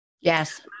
Yes